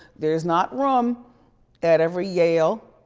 there is not room at every yale,